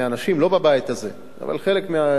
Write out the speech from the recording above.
לא בבית הזה אבל חלק מהארגונים,